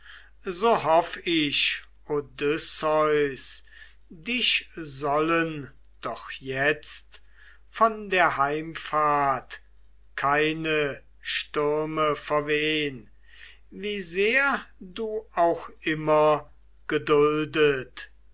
so hoff ich odysseus dich sollen doch jetzt von der heimfahrt keine stürme verwehn wie sehr du auch immer geduldet